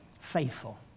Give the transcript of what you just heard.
faithful